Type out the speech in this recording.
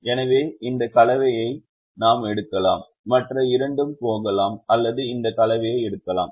எனவே இந்த கலவையை நாம் எடுக்கலாம் மற்ற இரண்டும் போகலாம் அல்லது இந்த கலவையை எடுக்கலாம்